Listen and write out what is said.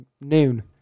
noon